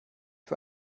für